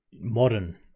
modern